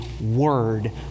Word